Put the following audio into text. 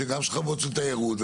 גם שכבות של תיירות,